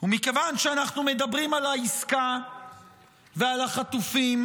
ומכיוון שאנחנו מדברים על העסקה ועל החטופים,